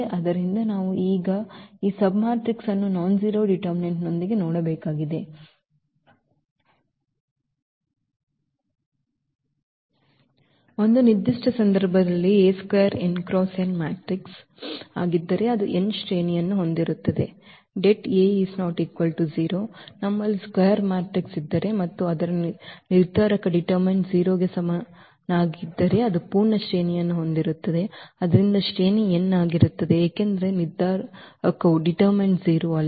ಆದ್ದರಿಂದ ನಾವು ಈಗ ಈ ಸಬ್ಮ್ಯಾಟ್ರಿಕ್ಸ್ ಅನ್ನು ನಾನ್ಜೆರೋ ಡಿಟರ್ಮಿನೆಂಟ್ನೊಂದಿಗೆ ನೋಡಬೇಕಾಗಿದೆ ಒಂದು ನಿರ್ದಿಷ್ಟ ಸಂದರ್ಭದಲ್ಲಿ square n cross n matrix ಆಗಿದ್ದರೆ ಅದು ಎನ್ ಶ್ರೇಣಿಯನ್ನು ಹೊಂದಿರುತ್ತದೆ det ≠ 0 ನಮ್ಮಲ್ಲಿ ಸ್ಕ್ವೇರ್ ಮ್ಯಾಟ್ರಿಕ್ಸ್ ಇದ್ದರೆ ಮತ್ತು ಅದರ ನಿರ್ಧಾರಕ 0 ಕ್ಕೆ ಸಮನಾಗಿರದಿದ್ದರೆ ಅದು ಪೂರ್ಣ ಶ್ರೇಣಿಯನ್ನು ಹೊಂದಿರುತ್ತದೆ ಆದ್ದರಿಂದ ಶ್ರೇಣಿ n ಆಗಿರುತ್ತದೆ ಏಕೆಂದರೆ ನಿರ್ಧಾರಕವು 0 ಅಲ್ಲ